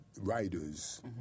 writers